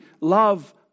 love